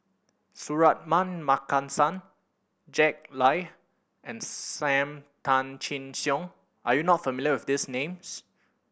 Suratman Markasan Jack Lai and Sam Tan Chin Siong are you not familiar with these names